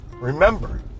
Remember